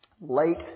late